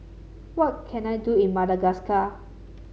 what can I do in Madagascar